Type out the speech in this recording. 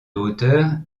hauteur